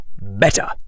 better